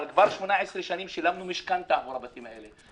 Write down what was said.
אבל כבר 18 שנים שילמנו משכנתה עבור הבתים האלה.